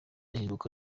ihinduka